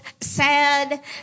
sad